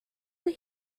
mae